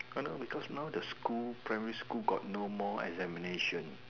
err because now the school primary school got no more examination